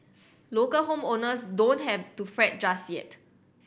local home owners don't have to fret just yet